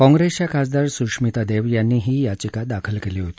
काँप्रेसच्या खासदार सुश्मिता देव यांनी ही याचिका दाखल केली होती